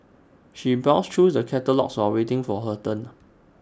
she browsed through the catalogues while waiting for her turn